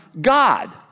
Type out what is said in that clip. God